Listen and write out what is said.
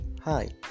Hi